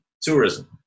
tourism